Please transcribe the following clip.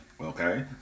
Okay